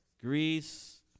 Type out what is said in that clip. Greece